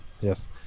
Yes